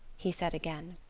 he said again.